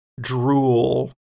drool